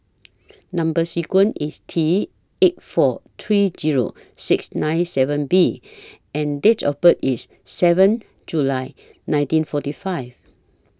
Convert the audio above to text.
Number sequence IS T eight four three Zero six nine seven B and Date of birth IS seven July nineteen forty five